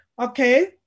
Okay